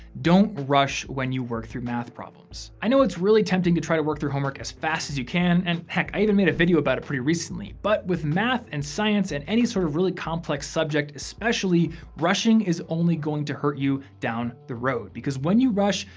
don't rush when you work through math problems. i know it's really tempting to try to work through homework as fast as you can and heck, i even made a video about it pretty recently. but, with math and science and any sort of really complex subject especially rushing is only going to hurt you down the road. because when you rush,